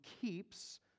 keeps